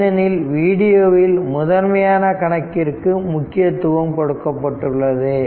ஏனெனில் வீடியோவில் முதன்மையாக கணக்கிற்கு முக்கியத்துவம் கொடுக்கப்பட்டுள்ளது